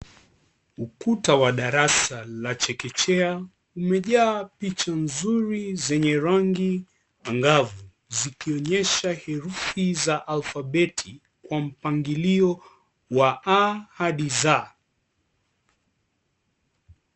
Ukuta wa darasa la chekechea umejaa picha nzuri zenye rangi angavu zikionyesha herufi za alphabeti Kwa mpangilio wa A hadi Z.